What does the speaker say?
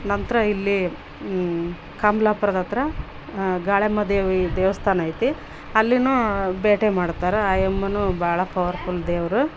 ನಂತರ ಇಲ್ಲಿ ಕಮಲಾಪುರದತ್ರ ಗಾಳ್ಯಮ್ಮ ದೇವಿ ದೇವಸ್ಥಾನ ಐತಿ ಅಲ್ಲಿನೂ ಬೇಟೆ ಮಾಡ್ತಾರಾ ಆಯಮ್ಮನೂ ಭಾಳ ಪವರ್ಫುಲ್ ದೇವರು